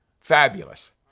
fabulous